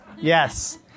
yes